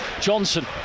Johnson